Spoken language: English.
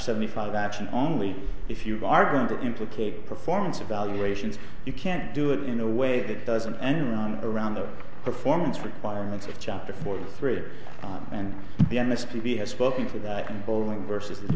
seventy five action only if you are going to implicate performance evaluations you can't do it in a way that doesn't enter on around the performance requirements of chapter forty three and the m s p we have spoken to that can boeing versus